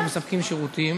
שמספקים שירותים